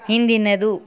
ಹಿಂದಿನದು